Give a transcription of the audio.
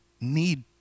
need